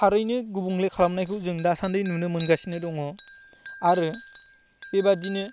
थारैनो गुबुंले खालामनायखौ जों दासान्दि नुनो मोनगासिनो दङ आरो बेबायदिनो